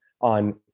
on